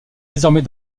désormais